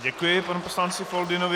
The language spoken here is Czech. Děkuji panu poslanci Foldynovi.